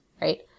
Right